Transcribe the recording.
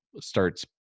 starts